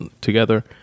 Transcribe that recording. together